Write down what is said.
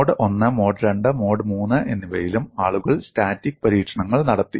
mode I mode II mode III എന്നിവയിലും ആളുകൾ static പരീക്ഷണങ്ങൾ നടത്തി